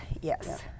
yes